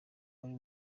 wari